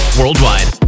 worldwide